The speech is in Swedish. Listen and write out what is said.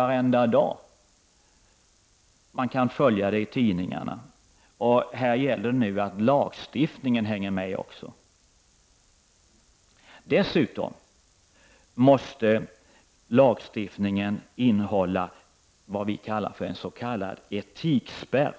Vi kan följa denna utveckling genom att läsa tidningarna. Här gäller det nu att se till att lagstiftningen också hänger med i denna utveckling. Dessutom måste lagstiftningen innehålla vad vi kallar för en etikspärr.